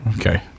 okay